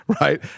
right